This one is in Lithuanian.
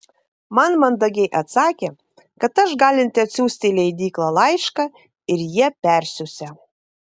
man mandagiai atsakė kad aš galinti atsiųsti į leidyklą laišką ir jie persiųsią